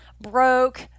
broke